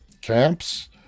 camps